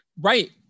right